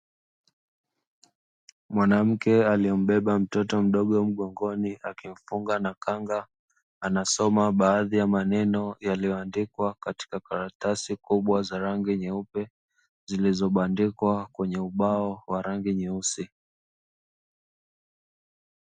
Mwanamke aliyembeba mtoto mdogo mgongoni akimfunga na kanga anasoma baadhi ya maneno yaliyoandikwa katika karatasi kubwa za rangi nyeupe zilizobandikwa kwenye ubao wa rangi nyeusi.